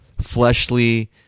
Fleshly